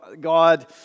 God